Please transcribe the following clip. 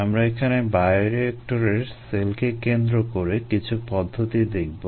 আমরা এখানে বায়োরিয়েক্টরের সেলকে কেন্দ্র করে কিছু পদ্ধতি দেখবো